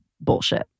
bullshit